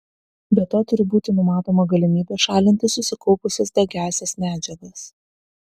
be to turi būti numatoma galimybė šalinti susikaupusias degiąsias medžiagas